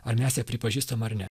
ar mes ją pripažįstam ar ne